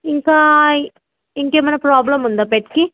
ఇంకా ఇంకేమైనా ప్రాబ్లం ఉందా పెట్కి